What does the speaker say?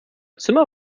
zimmer